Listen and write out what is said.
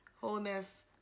wholeness